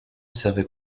servait